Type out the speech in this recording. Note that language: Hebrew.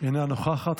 אינה נוכחת.